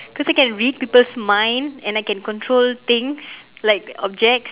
because I can read people's mind and I can control things like objects